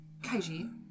Kaiji